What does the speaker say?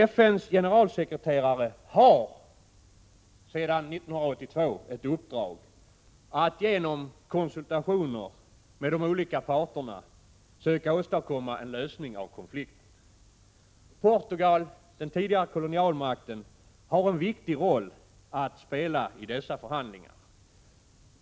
FN:s generalsekreterare har sedan 1982 ett uppdrag att genom konsultationer av de olika parterna söka åstadkomma en lösning av konflikten. Portugal, den tidigare kolonialmakten, har en viktig roll att spela i dessa förhandlingar.